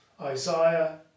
Isaiah